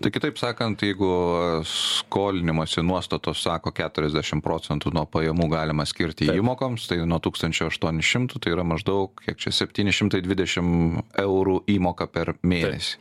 tai kitaip sakant jeigu skolinimosi nuostatos sako keturiasdešim procentų nuo pajamų galima skirti įmokoms tai nuo tūkstančio aštuonių šimtų tai yra maždaug kiek čia septyni šimtai dvidešim eurų įmoka per mėnesį